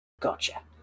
Gotcha